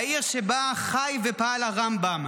והעיר שבה חי ופעל הרמב"ם,